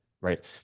Right